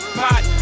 pot